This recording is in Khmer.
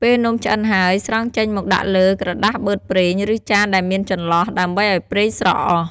ពេលនំឆ្អិនហើយ ស្រង់ចេញមកដាក់លើ ក្រដាសបឺតប្រេង ឬចានដែកមានចន្លោះ ដើម្បីឱ្យប្រេងស្រក់អស់។